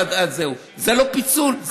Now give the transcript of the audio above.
זה לא פיצול?